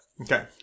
Okay